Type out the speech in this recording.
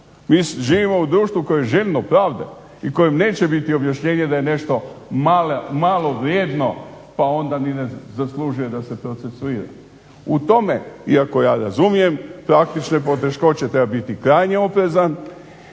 Mi živimo u društvu koje je željno pravde i kojem neće biti objašnjenje da je nešto malo vrijedno pa onda ni ne zaslužuje da se procesuira. U tome, iako ja razumijem praktične poteškoće, treba biti krajnje oprezan